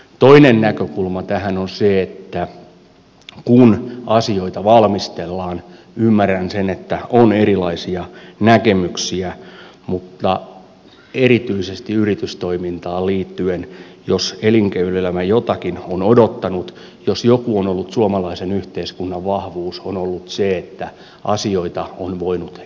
toinen näkökulma tähän on se että kun asioita valmistellaan ymmärrän sen että on erilaisia näkemyksiä mutta erityisesti yritystoimintaan liittyen jos elinkeinoelämä jotakin on odottanut jos joku on ollut suomalaisen yhteiskunnan vahvuus se on ollut se että asioita on voinut ennakoida